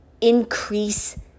increase